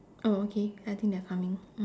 oh okay I think they're coming